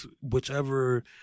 whichever –